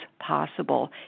possible